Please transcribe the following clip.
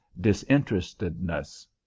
disinterestedness